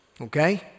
Okay